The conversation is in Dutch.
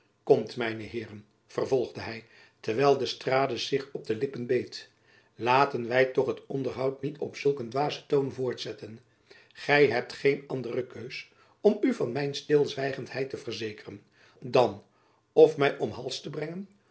komt mijne heeren vervolgde hy terwijl d'estrades zich op de lippen beet laten wy toch het onderhoud niet op zulk een dwazen toon voortzetten gy hebt geen andere keus om u van mijn stilzwijgendheid te verzekeren dan f my om jacob van lennep elizabeth musch hals te brengen